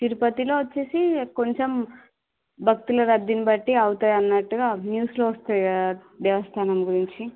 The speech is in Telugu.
తిరుపతిలో వచ్చేసి కొంచెం భక్తుల రద్దిని బట్టి అవుతాయన్నట్టుగా న్యూస్లో వస్తాయి ఆ దేవస్థానం గురించి